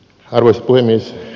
arvoisa puhemies